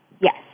Yes